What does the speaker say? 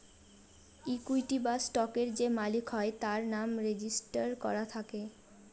equity বা স্টকের যে মালিক হয় তার নাম রেজিস্টার করা থাকে